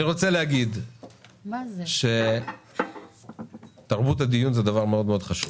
אני רוצה לומר שתרבות הדיון זה דבר מאוד מאוד חשוב